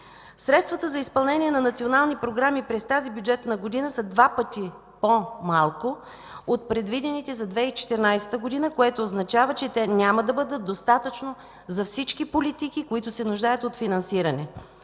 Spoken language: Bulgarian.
Средствата за изпълнение на национални програми през тази бюджетна година са два пъти по-малко от предвидените за 2014 г., което означава, че те няма да бъдат достатъчно за всички политики, които се нуждаят от финансиране.